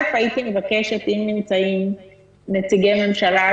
הייתי מבקשת שאם נמצאים נציגי ממשלה,